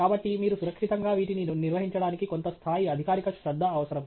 కాబట్టి మీరు సురక్షితంగా వీటిని నిర్వహించడానికి కొంత స్థాయి అధికారిక శ్రద్ధ అవసరం